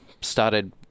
started